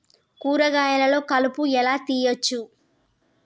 కూరగాయలలో కలుపు ఎలా తీయచ్చు?